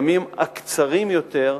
הימים הקצרים יותר,